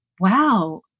wow